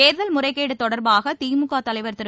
தேர்தல் முறைகேடு தொடர்பாக திமுக தலைவர் திரு